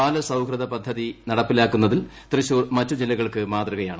ബാലസൌഹൃദ പദ്ധതി നടപ്പിലാക്കുന്നതിൽ തൃശൂർ മറ്റു ജില്ലകൾക്ക് മാതൃകയാണ്